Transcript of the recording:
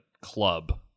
club